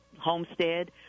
homestead